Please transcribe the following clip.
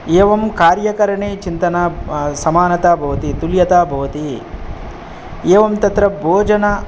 एवं कार्यकरणे चिन्तना समानता भवति तुल्यता भवति एवं तत्र भोजना